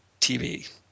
TV